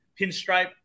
pinstripe